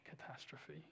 catastrophe